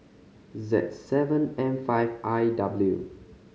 Z seven M five I W